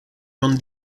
non